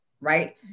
right